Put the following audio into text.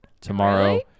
Tomorrow